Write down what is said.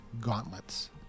gauntlets